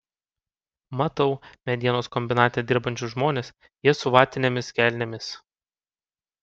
matau medienos kombinate dirbančius žmones jie su vatinėmis kelnėmis